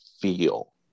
feel